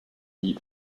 eat